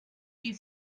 you